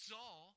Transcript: Saul